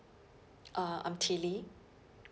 uh I'm tilly